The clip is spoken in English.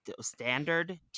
standard